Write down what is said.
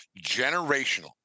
generational